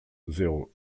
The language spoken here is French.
zéro